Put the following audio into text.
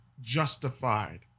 justified